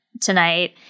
tonight